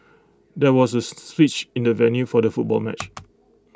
there was A switch in the venue for the football match